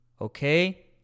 Okay